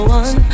one